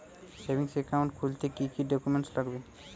Savings account খুলতে কি কি ডকুমেন্টস লাগবে?